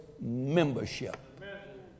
membership